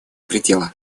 предела